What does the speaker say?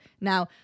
now